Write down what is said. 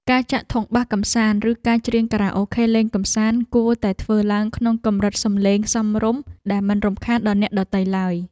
ការចាក់ធុងបាសកម្សាន្តឬការច្រៀងខារ៉ាអូខេលេងកម្សាន្តគួរតែធ្វើឡើងក្នុងកម្រិតសំឡេងសមរម្យដែលមិនរំខានដល់អ្នកដទៃឡើយ។